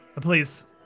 Please